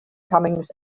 comings